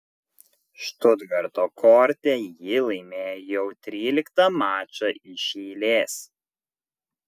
štutgarto korte ji laimėjo jau tryliktą mačą iš eilės